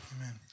Amen